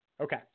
Okay